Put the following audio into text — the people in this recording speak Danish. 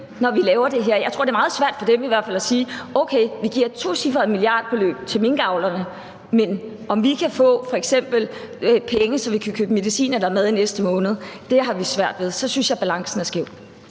når vi laver det her. Jeg tror i hvert fald, det er meget svært for dem at forstå, at vi giver et tocifret milliardbeløb til minkavlerne, men at de ikke har penge, så de f.eks. kan købe medicin eller mad i næste måned, for det har de svært ved. Så synes jeg balancen er skæv.